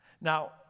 Now